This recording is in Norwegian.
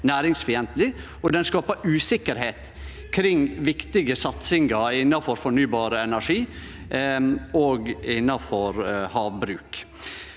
næringsfiendtleg og skapar usikkerheit kring viktige satsingar innanfor fornybar energi og havbruk.